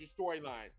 storyline